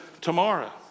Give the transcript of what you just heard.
tomorrow